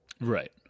Right